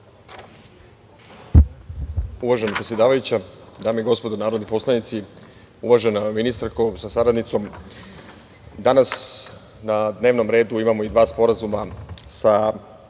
Uvažena predsedavajuća, dame i gospodo narodni poslanici, uvažena ministarsko sa saradnicom, danas na dnevnom redu imamo i dva sporazuma sa